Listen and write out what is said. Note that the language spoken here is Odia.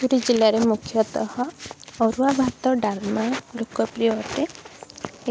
ପୁରୀ ଜିଲ୍ଲାରେ ମୁଖ୍ୟତଃ ଅରୁଆ ଭାତ ଡାଲମା ଲୋକପ୍ରିୟ ଅଟେ